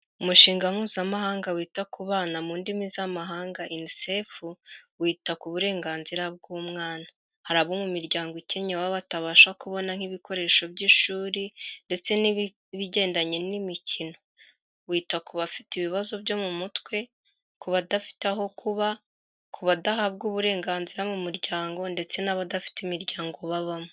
Umushinga Mpuzamahanga wita ku bana mu ndimi z'amahanga UNICEF, wita ku burenganzira bw'umwana, hari abo mu miryango ikennye baba batabasha kubona nk'ibikoresho by'ishuri ndetse n'ibigendanye n'imikino, wita ku bafite ibibazo byo mu mutwe, ku badafite aho kuba, ku badahabwa uburenganzira mu muryango ndetse n'abadafite imiryango babamo.